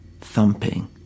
thumping